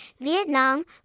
Vietnam